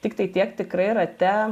tiktai tiek tikrai rate